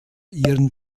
ihren